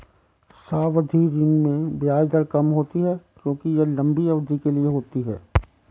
सावधि ऋण में ब्याज दर कम होती है क्योंकि यह लंबी अवधि के लिए होती है